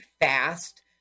fast